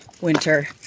winter